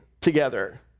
together